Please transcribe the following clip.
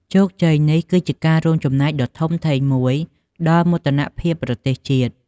ជោគជ័យនេះគឺជាការរួមចំណែកដ៏ធំធេងមួយដល់មោទនភាពប្រទេសជាតិ។